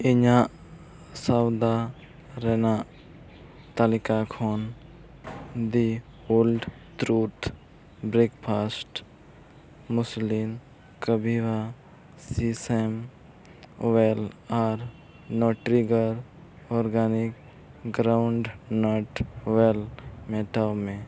ᱤᱧᱟᱹᱜ ᱥᱚᱣᱫᱟ ᱨᱮᱱᱟᱜ ᱛᱟᱹᱞᱤᱠᱟ ᱠᱷᱚᱱ the whole truth breakfast muesli ᱠᱟᱵᱤᱵᱷᱟ ᱥᱤᱥᱮᱢ ᱳᱭᱮᱞ ᱟᱨ ᱱᱚᱴᱨᱤᱜᱟ ᱚᱨᱜᱟᱱᱤᱠ ᱜᱨᱟᱣᱩᱰ ᱱᱟᱴ ᱳᱭᱮᱞ ᱢᱮᱴᱟᱣ ᱢᱮ